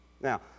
now